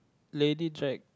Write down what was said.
lady drag